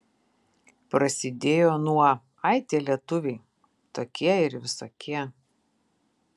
prasidėjo nuo ai tie lietuviai tokie ir visokie